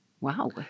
Wow